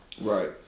Right